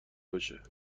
باشه